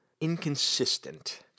inconsistent